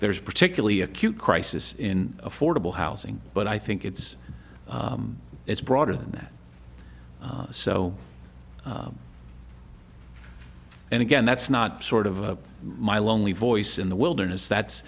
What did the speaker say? there's a particularly acute crisis in affordable housing but i think it's it's broader than that so and again that's not sort of my lonely voice in the wilderness that's